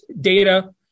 data